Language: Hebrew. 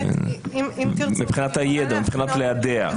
מבחינת הידע, מבחינת ליידע.